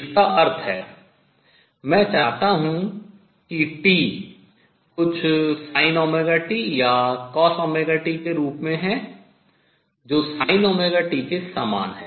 इसका अर्थ है मैं चाहता हूँ कि t कुछ sinωt या cosωt के रूप में है जो sinωt के समान है